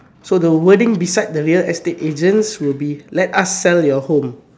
so the wording beside the real estate agents will be let us sell your home